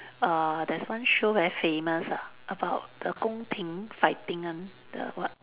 err there's one show very famous ah about the 宫廷 fighting one the what